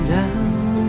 down